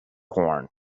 corn